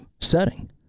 setting